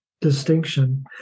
distinction